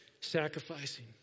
sacrificing